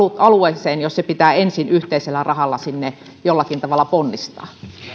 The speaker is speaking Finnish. alueeseen jos se pitää ensin yhteisellä rahalla sinne jollakin tavalla ponnistaa